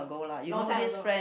long time ago